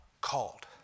called